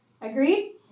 Agreed